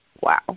Wow